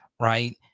right